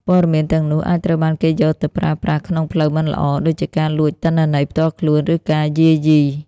ព័ត៌មានទាំងនោះអាចត្រូវបានគេយកទៅប្រើប្រាស់ក្នុងផ្លូវមិនល្អ ដូចជាការលួចទិន្នន័យផ្ទាល់ខ្លួន ឬការយាយី។